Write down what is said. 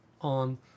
on